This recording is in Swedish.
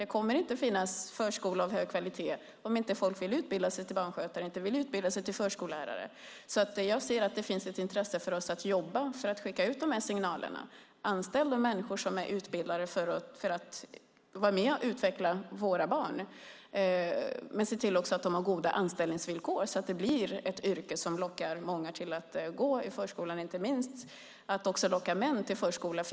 Det kommer inte att finnas en förskola av hög kvalitet om inte folk vill utbilda sig till barnskötare eller förskollärare. Jag anser att det finns ett intresse att jobba för att skicka ut signalerna, det vill säga att anställa utbildade som vill vara med och utveckla våra barn och se till att de har goda anställningsvillkor så att det blir ett yrke som lockar till förskolan, inte minst att locka män till förskolan.